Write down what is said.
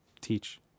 Teach